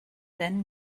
then